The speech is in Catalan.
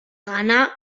gana